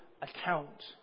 account